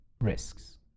risks